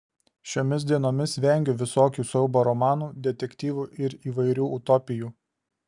šiomis dienomis vengiu visokių siaubo romanų detektyvų ir įvairių utopijų